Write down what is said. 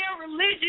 religion